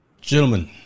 Gentlemen